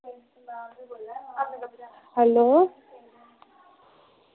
hello